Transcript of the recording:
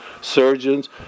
surgeons